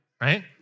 right